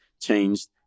changed